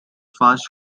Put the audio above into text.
fast